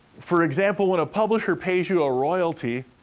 for example, when a publisher pays you a royalty,